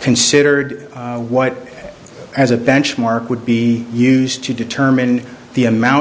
considered what as a benchmark would be used to determine the amount